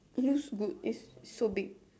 use good is so big